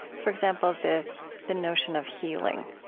for example, the the notion of healing.